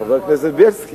חבר הכנסת בילסקי.